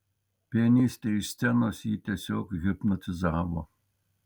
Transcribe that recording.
pianistė iš scenos jį tiesiog hipnotizavo